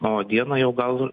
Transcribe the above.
o dieną jau gal